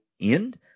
end